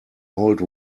old